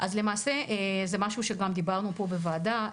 אז למעשה, זה משהו שגם דיברנו עליו פה בוועדה.